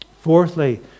Fourthly